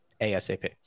ASAP